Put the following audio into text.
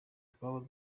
twaba